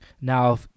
Now